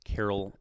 Carol